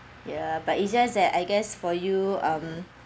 ya but it's just that I guess for you um